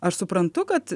aš suprantu kad